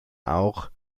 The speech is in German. auch